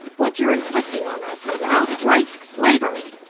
what you're inflicting on us is outright slavery!